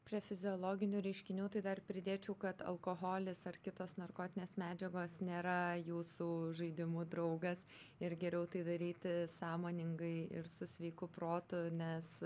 prie fiziologinių reiškinių tai dar pridėčiau kad alkoholis ar kitos narkotinės medžiagos nėra jūsų žaidimų draugas ir geriau tai daryti sąmoningai ir su sveiku protu nes